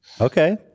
Okay